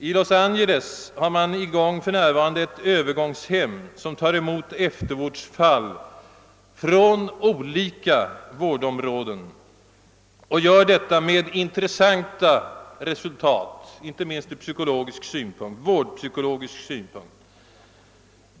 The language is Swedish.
I Los Angeles finns ett övergångshem, som tar emot eftervårdsfall från olika vårdområden och gör detta med intressanta resultat, inte minst ur vårdpsykologisk synpunkt.